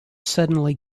suddenly